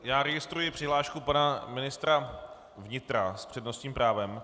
Já registruji přihlášku pana ministra vnitra s přednostním právem.